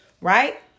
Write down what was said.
right